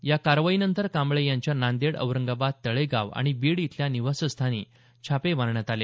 या कारवाईनंतर कांबळे यांच्या नांदेड औरंगाबाद तळेगाव आणि बीड इथल्या निवासस्थानी छापे मारण्यात आले